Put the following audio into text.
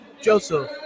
Joseph